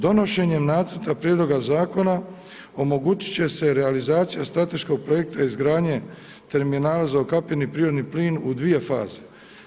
Donošenjem nacrta prijedloga zakona, omogućit će se realizacija strateškog projekta izgradnje terminala za ukapljeni prirodni plin u 2 faze.